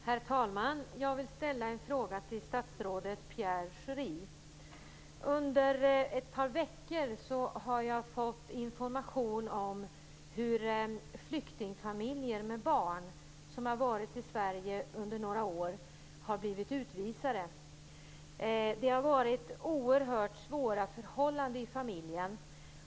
Herr talman! Jag vill ställa en fråga till statsrådet Under ett par veckor har jag fått information om hur flyktingfamiljer med barn som under några år har varit i Sverige har blivit utvisade. Det har varit oerhört svåra förhållanden i familjerna.